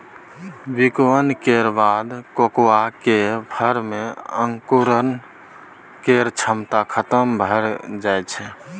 किण्वन केर बाद कोकोआ केर फर मे अंकुरण केर क्षमता खतम भए जाइ छै